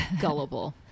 gullible